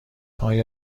آیا